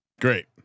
Great